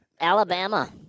Alabama